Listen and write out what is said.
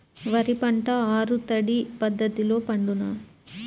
వరి పంట ఆరు తడి పద్ధతిలో పండునా?